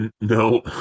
no